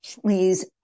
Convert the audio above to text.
please